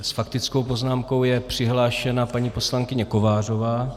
S faktickou poznámkou je přihlášena paní poslankyně Kovářová.